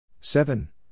Seven